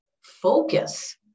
focus